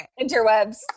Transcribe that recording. Interwebs